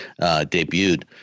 debuted